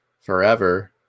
forever